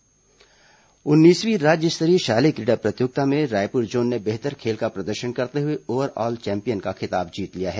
राज्य स्तरीय खेल समापन उन्नीसवीं राज्य स्तरीय शालेय क्रीडा प्रतियोगिता में रायपुर जोन ने बेहतर खेल का प्रदर्शन करते हुए ओवर ऑल चैंपियनशिप का खिताब जीत लिया है